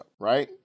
right